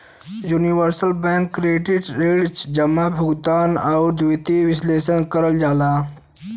universal bank credit ऋण जमा, भुगतान, आउर वित्तीय विश्लेषण कर सकला